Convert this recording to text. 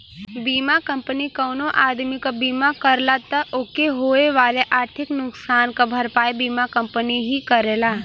बीमा कंपनी कउनो आदमी क बीमा करला त ओके होए वाले आर्थिक नुकसान क भरपाई बीमा कंपनी ही करेला